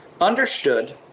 understood